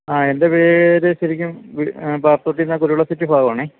അ എൻ്റെ പേരു ശരിക്കും സിറ്റി ഭാഗമാണേ